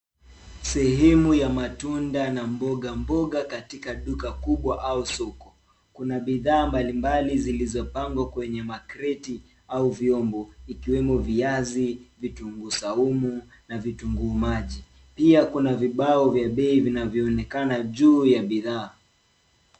Sehemu ya matunda na mboga mboga katika duka kubwa au soko. Kuna bidhaa mbalimbali zilizopangwa kwenye makreti au vyombo vikiwemo viazi, vitunguu saumu na vitunguu maji. Pia kuna vibao vya bei vinayoonekana juu ya bidhaa.